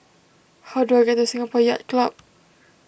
how do I get to Singapore Yacht Club